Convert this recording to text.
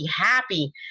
happy